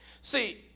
See